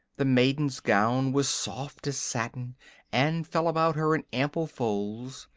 the maiden's gown was soft as satin and fell about her in ample folds,